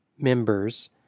Members